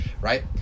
right